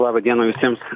laba diena visiems